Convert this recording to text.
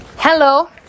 Hello